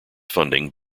funding